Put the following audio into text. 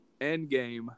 endgame